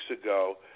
ago